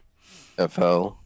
FL